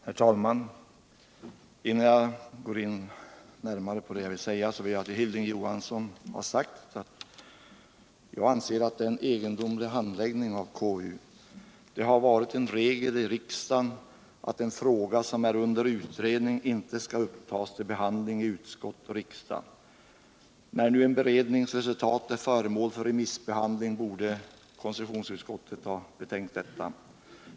Herr talman! Innan jag går närmare in på det jag skall säga vill jag till Hilding Johansson ha sagt att jag anser att konstitutionsutskottets handläggning är egendomlig. Det har tidigare varit en regel i riksdagen att en fråga som är under utredning inte skall upptas till behandling i utskott och riksdag. När nu en berednings resultat är föremål för remissbehandling borde konstitutionsutskottet ha betänkt detta.